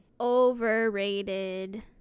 overrated